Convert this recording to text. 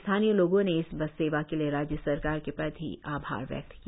स्थानीय लोगों ने इस बस सेवा के लिए राज्य सरकार के प्रति आभार व्यक्त किया